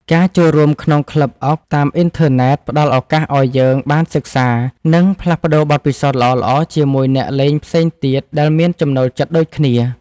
ការចូលរួមក្នុងក្លឹបអុកតាមអ៊ីនធឺណិតផ្តល់ឱកាសឱ្យយើងបានពិភាក្សានិងផ្លាស់ប្តូរបទពិសោធន៍ល្អៗជាមួយអ្នកលេងផ្សេងទៀតដែលមានចំណូលចិត្តដូចគ្នា។